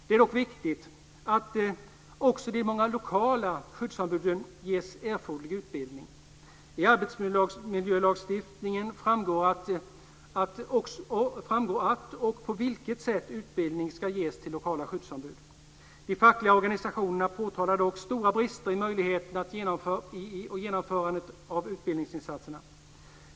Det är dock viktigt att också de många lokala skyddsombuden ges erforderlig utbildning. I arbetsmiljölagstiftningen framgår att, och på vilket sätt, utbildning ska ges till lokala skyddsombud. De fackliga organisationerna påtalar dock stora brister i möjligheterna och genomförandet av utbildningsinsatserna.